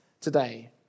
today